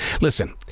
Listen